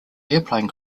airplane